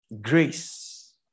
Grace